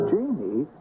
Jamie